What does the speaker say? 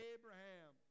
Abraham